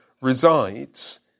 resides